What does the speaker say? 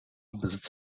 besitzt